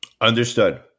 Understood